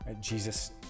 Jesus